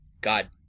God